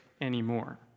anymore